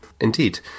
Indeed